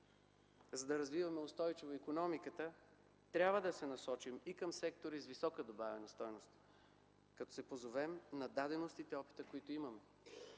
За да развиваме устойчиво икономиката, трябва да се насочим и към сектори с висока добавена стойност, като се позовем на даденостите и опита, които имаме.